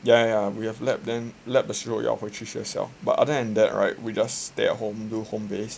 ya ya we have have lab then 才要回去学校 but other than that right we just stay at home do home based